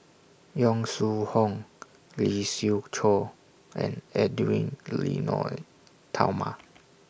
Yong Shu Hoong Lee Siew Choh and Edwy Lyonet Talma